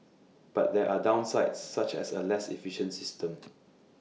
but there are downsides such as A less efficient system